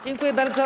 Dziękuję bardzo.